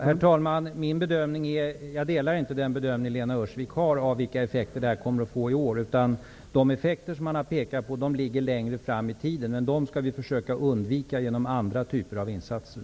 Herr talman! Jag delar inte den bedömning som Lena Öhrsvik gör av vilka effekter detta kommer att få i år. De effekter som man har pekat på ligger längre fram i tiden, men dessa skall vi försöka undvika genom andra typer av insatser.